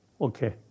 Okay